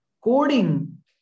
Coding